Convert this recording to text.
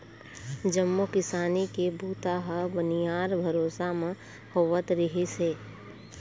जम्मो किसानी के बूता ह बनिहार भरोसा म होवत रिहिस हे